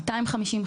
250,